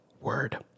word